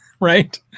right